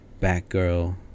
batgirl